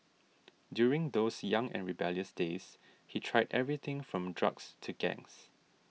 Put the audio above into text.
during those young and rebellious days he tried everything from drugs to gangs